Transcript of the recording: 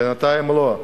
בינתיים לא.